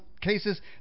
cases